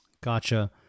Gotcha